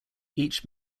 each